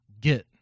get